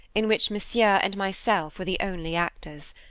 in which monsieur and myself were the only actors.